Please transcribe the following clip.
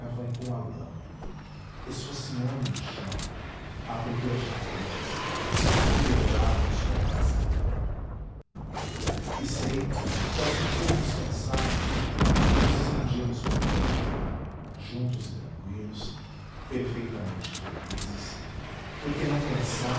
e com a lama esfocinhando no chão à procura de raízes que devorávamos com prazer e sei que ao sentir nos cansados nos estendíamos por terra juntos e tranqüilos perfeitamente felizes porque não